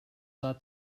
sah